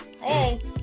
Hey